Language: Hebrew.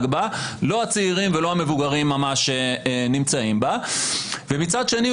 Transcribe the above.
בה לא הצעירים ולא המבוגרים ממש נמצאים בה; ומצד שני,